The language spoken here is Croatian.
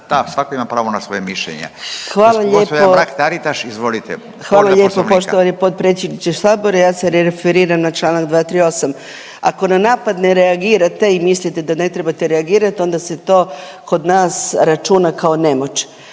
**Mrak-Taritaš, Anka (GLAS)** Hvala lijepo poštovani potpredsjedniče sabora. Ja se referiram na čl. 238.. Ako na napad ne reagirate i mislite da ne trebate reagirat onda se to kod nas računa kao nemoć,